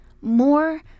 more